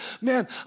man